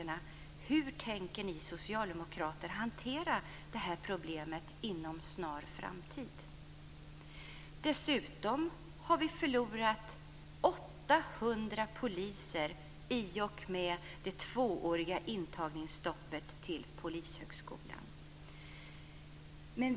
Hur tänker ni socialdemokrater hantera detta problem inom snar framtid? Dessutom har vi förlorat 800 poliser i och med det tvååriga intagningsstoppet till Polishögskolan.